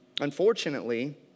Unfortunately